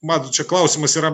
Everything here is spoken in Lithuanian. matot čia klausimas yra